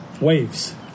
waves